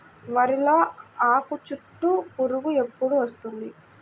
వరిలో ఆకుచుట్టు పురుగు ఎప్పుడు వస్తుంది?